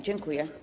Dziękuję.